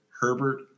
Herbert